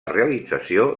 realització